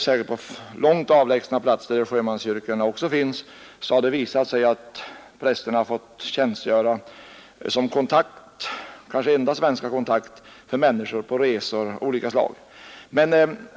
Särskilt på mycket avlägsna platser, där sjömanskyrkor också finns, har det visat sig att prästerna fått tjänstgöra som kanske enda svenska kontakt för människor på resor av olika slag.